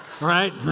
right